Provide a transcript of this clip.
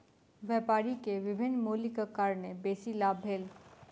व्यापारी के विभिन्न मूल्यक कारणेँ बेसी लाभ भेल